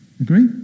Agree